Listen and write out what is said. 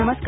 नमस्कार